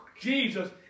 Jesus